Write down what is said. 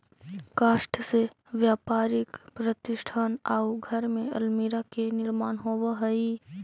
काष्ठ से व्यापारिक प्रतिष्ठान आउ घर में अल्मीरा के निर्माण होवऽ हई